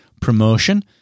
promotion